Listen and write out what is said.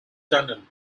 tunnel